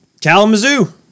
Kalamazoo